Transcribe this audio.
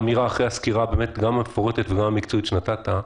זו אמירה אחרי הסקירה המפורטת והמקצועית ונתת,